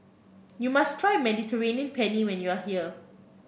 you must try Mediterranean Penne when you are here